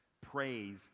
praise